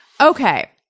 okay